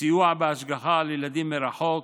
בסיוע בהשגחה על ילדים מרחוק,